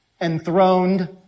enthroned